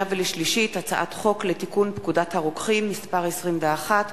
הצעת חוק לתיקון פקודת הרוקחים (מס' 21),